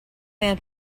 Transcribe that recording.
man